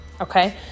okay